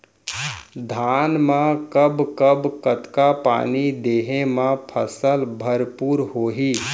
धान मा कब कब कतका पानी देहे मा फसल भरपूर होही?